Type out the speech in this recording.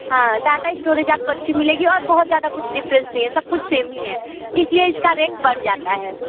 हाँ data storage आपको अच्छी मिलेगी और बहुत ज़्यादा कुछ डिफरेंस नहीं है सब कुछ सेम ही है इसलिए इसका रेट बढ़ जाता है